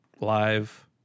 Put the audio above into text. Live